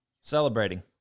celebrating